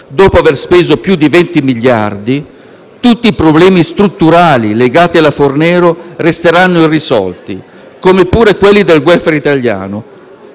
dopo aver speso più di 20 miliardi di euro, tutti i problemi strutturali legati alla Fornero resteranno irrisolti, come pure quelli del *welfare* italiano.